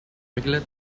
regular